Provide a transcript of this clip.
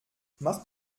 macht